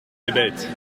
des